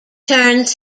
turns